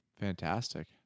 Fantastic